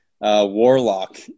warlock